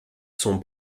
son